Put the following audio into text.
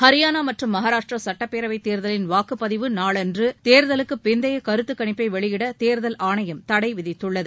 ஹரியானா மற்றும் மகாராஷ்டிரா சட்டப்பேரவை தேர்தலின் வாக்குப்பதிவு நாளன்று தேர்தலுக்கு பிந்தைய கருத்து கணிப்பை வெளியிட தேர்தல் ஆணையம் தடை விதித்துள்ளது